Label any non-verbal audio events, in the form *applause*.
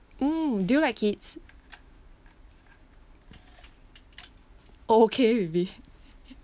mm do you like kids okay with it *laughs*